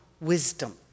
wisdom